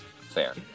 Fair